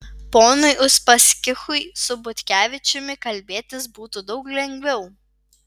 ponui uspaskichui su butkevičiumi kalbėtis būtų daug lengviau